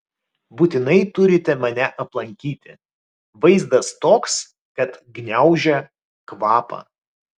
būtinai turite mane aplankyti vaizdas toks kad gniaužia kvapą